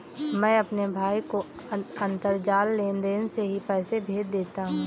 मैं अपने भाई को अंतरजाल लेनदेन से ही पैसे भेज देता हूं